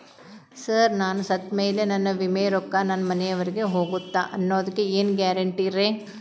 Sir ನಾನು ಸತ್ತಮೇಲೆ ನನ್ನ ವಿಮೆ ರೊಕ್ಕಾ ನನ್ನ ಮನೆಯವರಿಗಿ ಹೋಗುತ್ತಾ ಅನ್ನೊದಕ್ಕೆ ಏನ್ ಗ್ಯಾರಂಟಿ ರೇ?